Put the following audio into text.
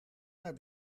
naar